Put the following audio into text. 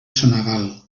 senegal